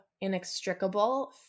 inextricable